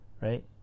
Right